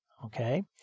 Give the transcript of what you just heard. Okay